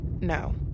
No